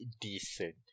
decent